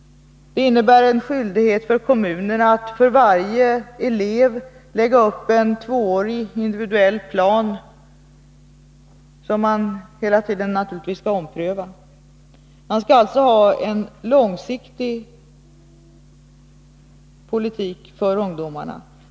Det innebär en skyldighet för kommunerna att för varje elev lägga upp en tvåårig individuell plan, som man naturligtvis hela tiden skall ompröva. Man skall alltså ha en långsiktig politik för ungdomarna.